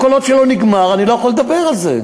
כל עוד זה לא נגמר אני לא יכול לדבר על זה,